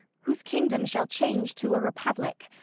whose kingdom shall change to a republic,